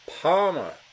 Palmer